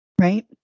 Right